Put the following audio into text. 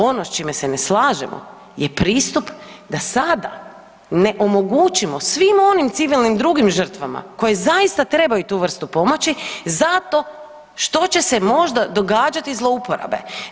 Ono s čime se ne slažemo je pristup da sada ne omogućimo svim onim civilnim drugim žrtvama koji zaista trebaju tu vrstu pomoći zato što će se možda događati zlouporabe.